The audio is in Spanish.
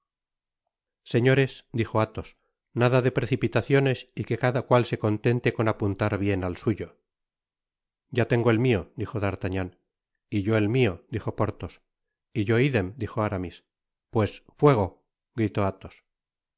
señores dijo athos nada de precipitaciones y que cada cual se contente con apuntar bien al suyo ya tengo el mio dijo d'artagnan y yo el mio dijo porthos y yo idem dijo aramis pues fuego gritó athos